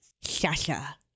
sasha